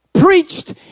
Preached